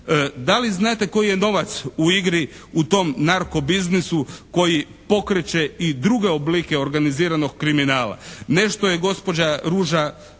Da li znate koji je novac u igri u tom narko biznisu koji pokreće i druge oblike organiziranog kriminala. Nešto je gospođa Ruža